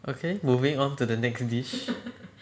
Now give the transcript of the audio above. okay moving on to the next dish